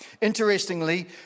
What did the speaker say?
Interestingly